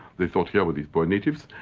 they thought, here are these poor natives,